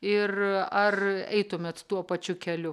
ir ar eitumėt tuo pačiu keliu